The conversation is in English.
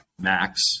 max